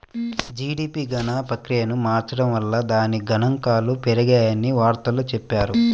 GDP గణన ప్రక్రియను మార్చడం వల్ల దాని గణాంకాలు పెరిగాయని వార్తల్లో చెప్పారు